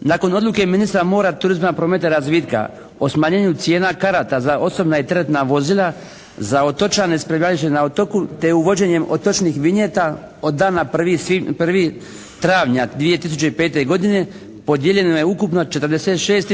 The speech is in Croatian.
Nakon odluke ministra mora, turizma, prometa i razvitka o smanjenju cijena karata za osobna i teretna vozila za otočane … /Govornik se ne razumije./ … te uvođenjem otočnih vinjeta od dana 1. travnja 2005. godine podijeljena je ukupna 46